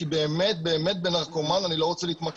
כי באמת בנרקומן אני לא רוצה להתמקד.